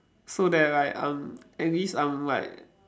so that like um at least I'm like